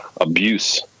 abuse